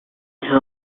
who